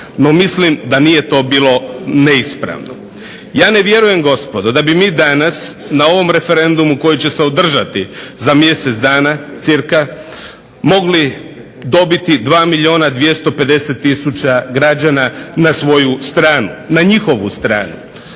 no mislim da nije to bilo neispravno. Ja ne vjerujem gospodo da bi mi danas na ovom referendumu koji će se održati za mjesec dana cirka, mogli dobiti 2 milijuna 250 tisuća građana na svoju stranu na njihovu stranu,